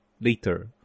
later